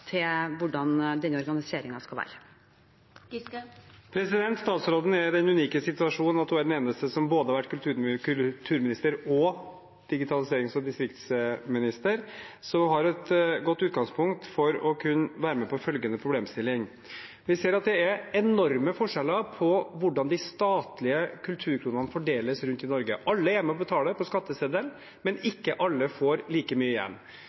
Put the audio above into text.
til hvordan denne organiseringen skal være. Statsråden er i den unike situasjon at hun er den eneste som har vært både kulturminister og digitaliserings- og distriktsminister, så hun har et godt utgangspunkt for å kunne være med på følgende problemstilling: Vi ser at det er enorme forskjeller på hvordan de statlige kulturkronene fordeles rundt i Norge. Alle er med på å betale over skatteseddelen, men ikke alle får like mye igjen.